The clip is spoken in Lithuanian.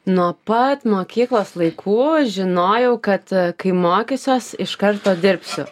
nuo pat mokyklos laikų žinojau kad kai mokysiuos iš karto dirbsiu